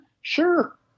Sure